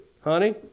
honey